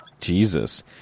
Jesus